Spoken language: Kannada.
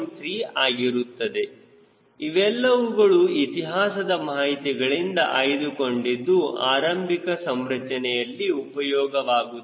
3 ಆಗಿರುತ್ತದೆ ಇವೆಲ್ಲವುಗಳು ಇತಿಹಾಸದ ಮಾಹಿತಿಗಳಿಂದ ಆಯ್ದುಕೊಂಡಿದ್ದು ಆರಂಭಿಕ ಸಂರಚನೆಯಲ್ಲಿ ಉಪಯೋಗವಾಗುತ್ತದೆ